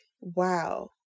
wow